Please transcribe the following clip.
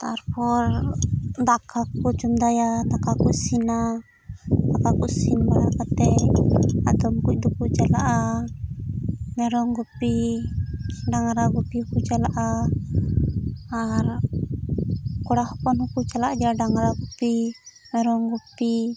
ᱛᱟᱨᱯᱚᱨ ᱫᱟᱠᱟ ᱠᱚᱠᱚ ᱪᱚᱸᱫᱟᱭᱟ ᱫᱟᱠᱟ ᱠᱚ ᱤᱥᱤᱱᱟ ᱫᱟᱠᱟ ᱠᱚ ᱤᱥᱤᱱ ᱵᱟᱲᱟ ᱠᱟᱛᱮᱫ ᱟᱫᱚᱢ ᱠᱚᱫᱚᱠᱚ ᱪᱟᱞᱟᱜᱼᱟ ᱢᱮᱨᱚᱢ ᱜᱤᱯᱤ ᱰᱟᱝᱨᱟ ᱜᱩᱯᱤ ᱠᱚ ᱪᱟᱞᱟᱜᱼᱟ ᱟᱨ ᱠᱚᱲᱟ ᱦᱚᱯᱚᱱ ᱦᱚᱠᱚ ᱪᱟᱞᱟᱜ ᱜᱮᱭᱟ ᱰᱟᱝᱨᱟ ᱜᱩᱯᱤ ᱢᱮᱨᱚᱢ ᱜᱩᱯᱤ